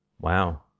wow